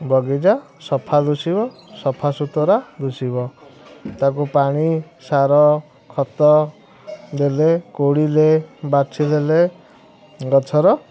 ବଗିଚା ସଫା ଦିଶିବ ସଫା ସୁତୁରା ଦିଶିବ ତାକୁ ପାଣି ସାର ଖତ ଦେଲେ କୋଡ଼ିରେ ବାଛିଦେଲେ ଗଛର